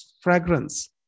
fragrance